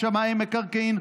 שמאי מקרקעין,